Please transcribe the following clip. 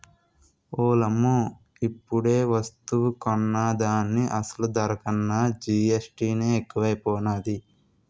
ఓలమ్మో ఇప్పుడేవస్తువు కొన్నా దాని అసలు ధర కన్నా జీఎస్టీ నే ఎక్కువైపోనాది